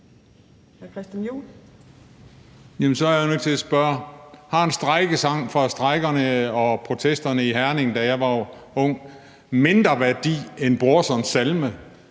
Har en strejkesang fra strejkerne og protesterne i Herning, da jeg var ung, mindre værdi end Brorsons salme